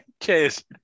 Cheers